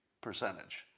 percentage